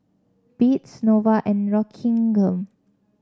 Beats Nova and Rockingham